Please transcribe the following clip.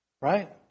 Right